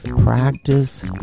practice